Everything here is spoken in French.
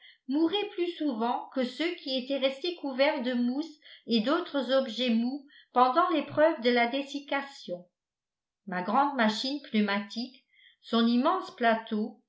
mouraient plus souvent que ceux qui étaient restés couverts de mousse et d'autres objets mous pendant l'épreuve de la dessiccation ma grande machine pneumatique son immense plateau